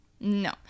No